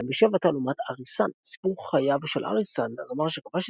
2007 - תעלומת אריס סאן – סיפור חייו של אריס סאן הזמר שכבש